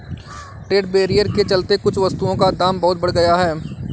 trade barrier के चलते कुछ वस्तुओं का दाम बहुत बढ़ गया है